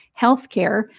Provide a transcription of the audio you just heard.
Healthcare